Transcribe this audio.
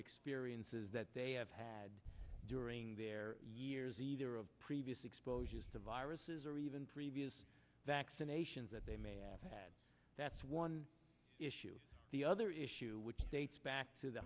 experiences that they have had during their years either of previous exposures to viruses or even previous vaccinations that they may have had that's one issue the other issue which dates back to the